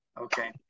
okay